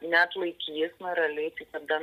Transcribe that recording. neatlaikys moraliai tai tada